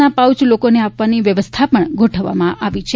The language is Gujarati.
ના પાઉચ લોકોને આપવાની વ્યવસ્થા પણ ગોઠવવામાં આવી છે